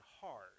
hard